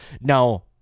Now